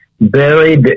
buried